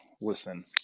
listen